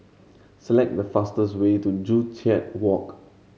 select the fastest way to Joo Chiat Walk